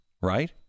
right